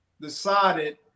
decided